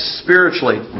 spiritually